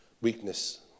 weakness